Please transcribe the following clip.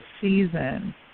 season